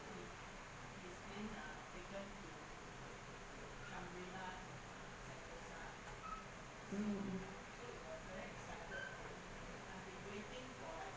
mm mm